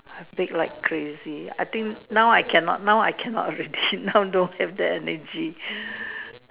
I bake like crazy I think now I cannot now I cannot already now don't have that energy